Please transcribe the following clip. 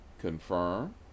confirm